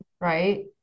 right